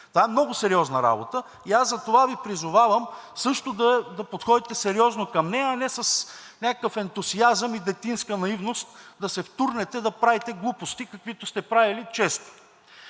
Това е много сериозна работа. Затова Ви призовавам също да подходите сериозно към нея, а не с някакъв ентусиазъм и детинска наивност да се втурнете да правите глупости, каквито сте правили често.